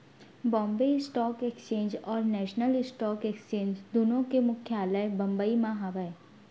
Bombay stock exchange और national stock exchange दुनो के मुख्यालय बंबई म हावय